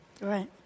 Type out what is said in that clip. Right